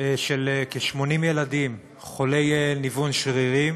של כ-80 ילדים חולי ניוון שרירים